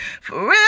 forever